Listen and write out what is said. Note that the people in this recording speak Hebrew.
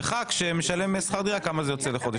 חבר כנסת שמשלם שכר דירה, כמה זה יוצא לחודש.